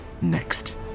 next